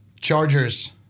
Chargers